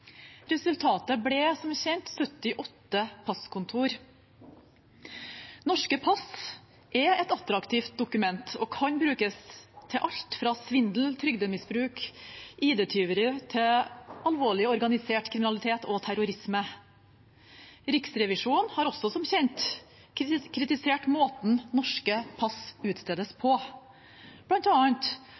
Resultatet ble som kjent 78 passkontor. Norske pass er attraktive dokument og kan brukes til alt fra svindel, trygdemisbruk og ID-tyveri til alvorlig organisert kriminalitet og terrorisme. Riksrevisjonen har også, som kjent, kritisert måten norske pass utstedes på,